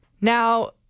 now